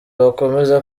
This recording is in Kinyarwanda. bakomeza